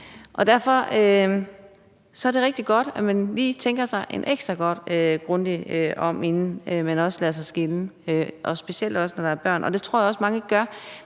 og derfor et det også rigtig godt, at man lige tænker sig ekstra grundigt om, inden man lader sig skille, specielt også når der er børn, og det tror jeg også at mange gør.